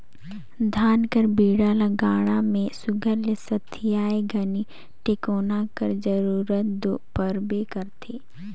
धान कर बीड़ा ल गाड़ा मे सुग्घर ले सथियाए घनी टेकोना कर जरूरत दो परबे करथे